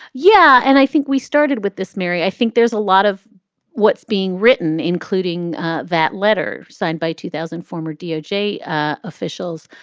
yeah. and i think we started with this mary. i think there's a lot of what's being written, including that letter signed by two thousand former doj ah officials.